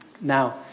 Now